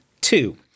Two